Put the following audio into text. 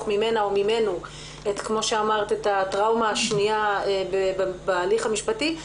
ממנה או ממנו את הטראומה השנייה בהליך המשפטי,